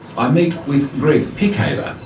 i meet with greig pickhaver,